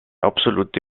absolute